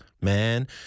man